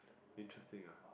interesting ah